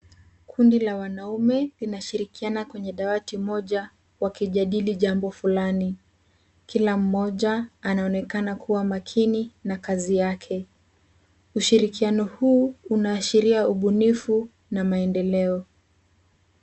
Kundi la wanaume linashirikiana kwenye dawati moja wakijadili jambo fulani. kila mmoja anaonekana kuwa makini na kazi yake. Ushirikiano huu unaashiria ubunifu na maendeleo.